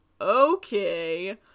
okay